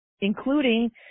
including